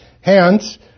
Hence